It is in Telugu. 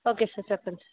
ఓకే సార్ చెప్పండి సార్